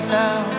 now